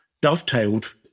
dovetailed